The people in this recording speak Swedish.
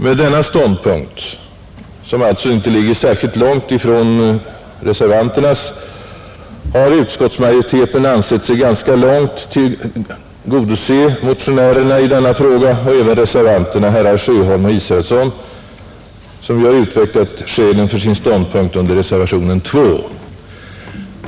Med denna ståndpunkt, som alltså inte ligger särskilt långt ifrån reservanternas, har utskottsmajoriteten ansett sig i ganska stor utsträckning tillgodose motionärerna i denna fråga och även reservanterna, herrar Sjöholm och Israelsson, som ju har utvecklat skälen för sin ståndpunkt i reservationen II.